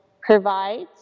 provides